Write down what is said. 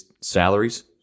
salaries